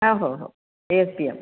हो हो A S P M